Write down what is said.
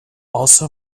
also